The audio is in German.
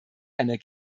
einer